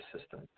system